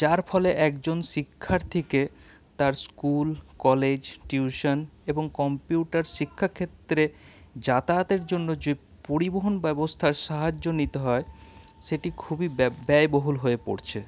যার ফলে একজন শিক্ষার্থীকে তার স্কুল কলেজ টিউশন এবং কম্পিউটার শিক্ষা ক্ষেত্রে যাতায়াতের জন্য যে পরিবহন ব্যবস্থার সাহায্য নিতে হয় সেটি খুবই ব্যয় ব্যয়বহুল হয়ে পড়ছে